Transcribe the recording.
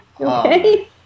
Okay